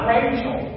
Rachel